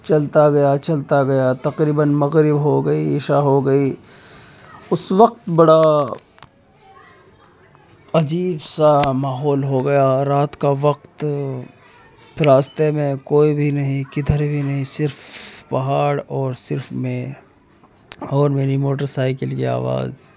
چلتا گیا چلتا گیا تقریباً مغرب ہو گئی عشاء ہو گئی اس وقت بڑا عجیب سا ماحول ہو گیا رات کا وقت فلااستے میں کوئی بھی نہیں کدھر بھی نہیں صرف پہاڑ اور صرف میں اور میری موٹر سائیکل کی آواز